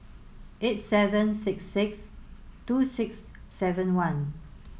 eight seven six six two six seven one